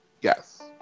Yes